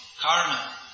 karma